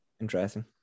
Interesting